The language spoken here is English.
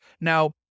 Now